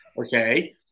Okay